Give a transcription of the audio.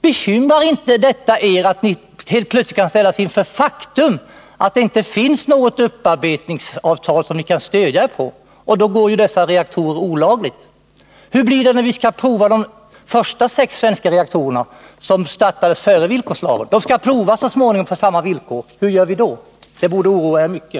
Bekymrar det inte er att ni helt plötsligt kan ställas inför faktum, att det inte finns något upparbetningsavtal som ni kan stödja er på? Utan ett sådant drivs ju reaktorerna olagligt. Hur blir det när vi skall pröva de sex första svenska reaktorerna, som startades före villkorslagens tillkomst? De skall ju prövas på samma villkor. Hur gör vi då? Den frågan borde oroa er mycket.